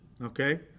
okay